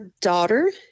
daughter